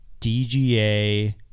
DGA